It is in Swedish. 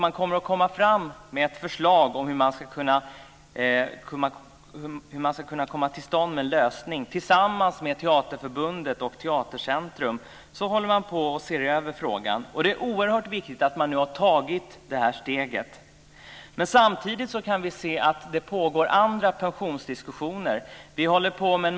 Man ska komma med ett förslag till hur man ska få till stånd en lösning. Tillsammans med Teaterförbundet och Teatercentrum håller man på att se över frågan. Det är oerhört viktigt att man nu har tagit det här steget. Samtidigt pågår det andra pensionsdiskussioner.